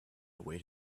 await